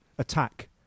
attack